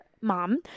mom